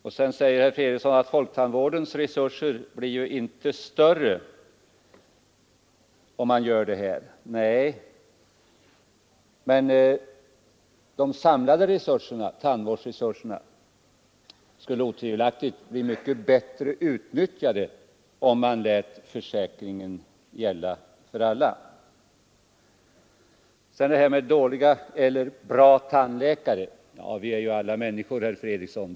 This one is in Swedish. Vidare anför herr Fredriksson att folktandvårdens resurser inte blir större om man inför deåsa bestämmelser. Nej, men de samlade tandvårds resurserna skulle otvivelaktigt bli mycket bättre utnyttjade om man lät försäkringen gälla för alla. Vad sedan beträffar dåliga eller bra tandläkare vill jag säga: Vi är alla människor, herr Fredriksson.